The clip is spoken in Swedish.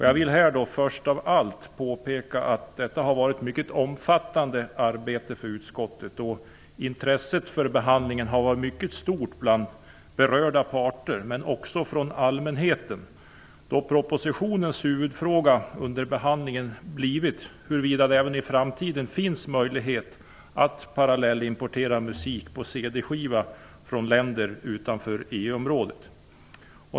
Jag vill först av allt påpeka att detta har varit ett mycket omfattande arbete för utskottet, då intresset för behandlingen har varit mycket stort bland berörda parter, men också från allmänheten, då propositionens huvudfråga under behandlingen blivit huruvida det även i framtiden finns möjlighet att parallellimportera musik på CD-skiva från länder utanför EU-området.